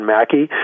Mackey